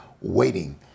waiting